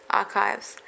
archives